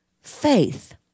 faith